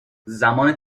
زمان